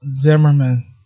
Zimmerman